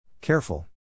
Careful